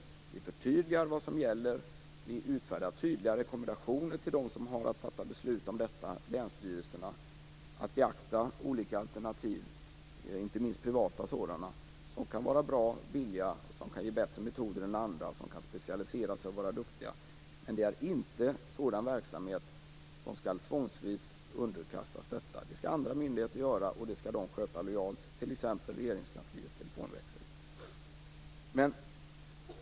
Vi förtydligar det som gäller, och vi utfärdar tydliga rekommendationer till dem som har att fatta beslut om detta, länsstyrelserna, att de skall beakta olika alternativ, inte minst privata sådana, som kan vara bra, billiga, som kan ge bättre metoder än andra och som kan specialisera sig och vara duktiga. Men det är inte sådan verksamhet som tvångsvis skall underkastas detta. Det skall andra myndigheter göra, och det skall de sköta lojalt. Jag nämnde Regeringskansliets telefonväxel som exempel.